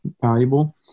valuable